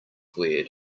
one